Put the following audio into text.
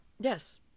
Yes